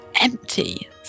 empty